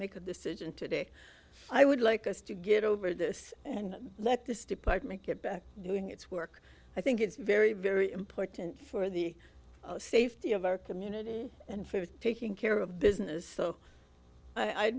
make a decision today i would like us to get over this and let this department get back doing its work i think it's very very important for the safety of our community and first taking care of business so i